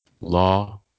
Law